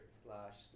slash